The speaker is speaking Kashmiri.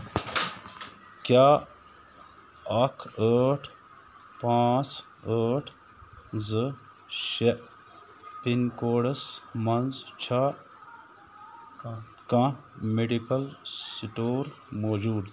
کیٛاہ اکھ ٲٹھ پانٛژھ ٲٹھ زٕ شےٚ پِن کوڈس مَنٛز چھےٚ کانٛہہ میٚڈِکَل سِٹور موجوٗد